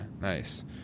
nice